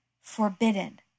forbidden